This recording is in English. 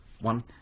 one